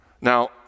Now